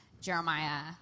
Jeremiah